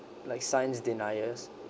like science deniers